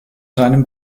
seinem